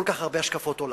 כל כך הרבה השקפות עולם,